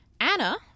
Anna